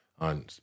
On